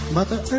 Mother